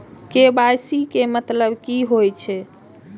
KYC के मतलब की होई छै?